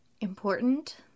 important